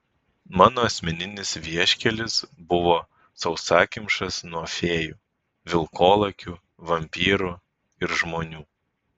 mano asmeninis vieškelis buvo sausakimšas nuo fėjų vilkolakių vampyrų ir žmonių